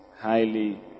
highly